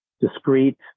discrete